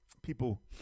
People